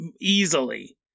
easily